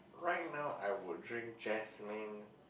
right now I will drink jasmine